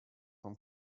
from